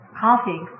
coffee